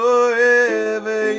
Forever